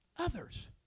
Others